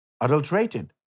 adulterated